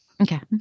Okay